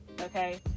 okay